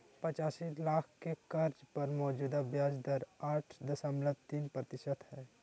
पचीस लाख के कर्ज पर मौजूदा ब्याज दर आठ दशमलब तीन प्रतिशत हइ